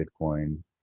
Bitcoin